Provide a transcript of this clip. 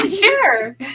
Sure